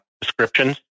descriptions